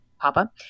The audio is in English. papa